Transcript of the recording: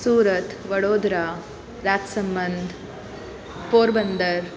Surat Vadodara Rajsamand Porbandar